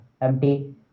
empty